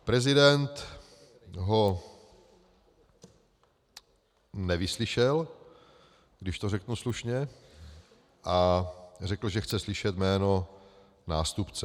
Prezident ho nevyslyšel, když to řeknu slušně, a řekl, že chce slyšet jméno nástupce.